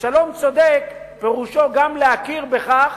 ושלום צודק פירושו גם להכיר בכך